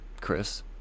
Chris